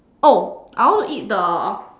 oh I want to eat the